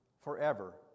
forever